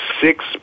six